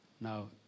Now